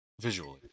Visually